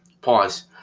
Pause